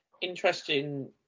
Interesting